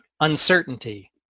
uncertainty